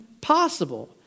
possible